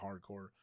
hardcore